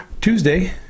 Tuesday